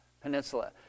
Peninsula